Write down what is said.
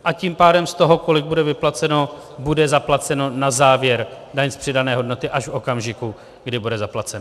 A tím pádem z toho, kolik bude vyplaceno, bude zaplaceno na závěr, daň z přidané hodnoty, až v okamžiku, kdy bude zaplaceno.